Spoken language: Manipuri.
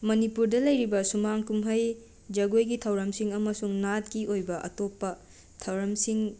ꯃꯅꯤꯄꯨꯔꯗ ꯂꯩꯔꯤꯕ ꯁꯨꯃꯥꯡ ꯀꯨꯝꯍꯩ ꯖꯒꯣꯏꯒꯤ ꯊꯧꯔꯝꯁꯤꯡ ꯑꯃꯁꯨꯡ ꯅꯥꯠꯀꯤ ꯑꯣꯏꯕ ꯑꯇꯣꯞꯄ ꯊꯧꯔꯝꯁꯤꯡ